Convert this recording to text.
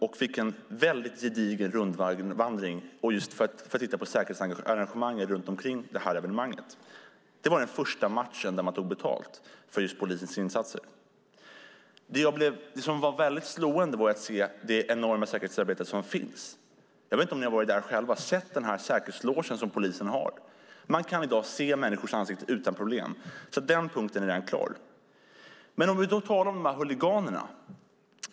Jag fick gå en gedigen rundvandring för att se säkerhetsarrangemangen runt omkring evenemanget. Det var den första matchen där man tog betalt för polisens insatser. Det som var slående var det enorma säkerhetsarbetet. Har ni sett den säkerhetsloge som polisen har? Där går det att se människors ansikten utan problem. Den punkten är redan klar. Låt oss då tala om huliganerna.